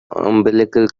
umbilical